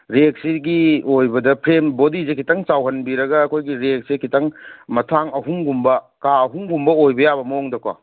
ꯔꯦꯛꯁꯤꯒꯤ ꯑꯣꯏꯕꯗ ꯐ꯭ꯔꯦꯝ ꯕꯣꯗꯤꯖꯦ ꯈꯤꯇꯪ ꯆꯥꯎꯍꯟꯕꯤꯔꯒ ꯑꯩꯈꯣꯏꯒꯤ ꯔꯦꯛꯁꯦ ꯈꯤꯇꯪ ꯃꯇꯥꯡ ꯑꯍꯨꯝꯒꯨꯝꯕ ꯀꯥ ꯑꯍꯨꯝꯒꯨꯝꯕ ꯑꯣꯏꯕ ꯌꯥꯕ ꯃꯋꯣꯡꯗꯀꯣ